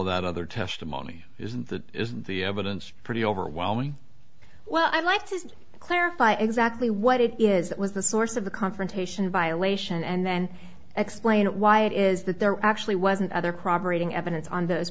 of that other testimony isn't that the evidence pretty overwhelming well i'd like to clarify exactly what it is that was the source of the confrontation violation and then explain why it is that there actually wasn't other proper eating evidence on those